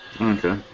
Okay